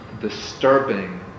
disturbing